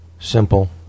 Simple